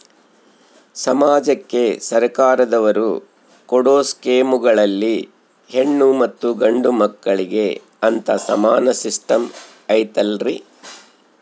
ಸಮಾಜಕ್ಕೆ ಸರ್ಕಾರದವರು ಕೊಡೊ ಸ್ಕೇಮುಗಳಲ್ಲಿ ಹೆಣ್ಣು ಮತ್ತಾ ಗಂಡು ಮಕ್ಕಳಿಗೆ ಅಂತಾ ಸಮಾನ ಸಿಸ್ಟಮ್ ಐತಲ್ರಿ?